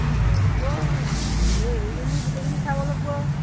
অঁ হ'ব কথা নাই হ'লেও হেৰিখিনি গোটেইখিনি চাব লাগিব